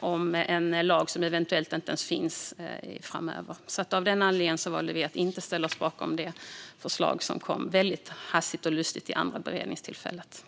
om en lag som eventuellt inte ens finns framöver. Av den anledningen valde vi att inte ställa oss bakom det förslag som kom väldigt hastigt och lustigt vid det andra beredningstillfälllet.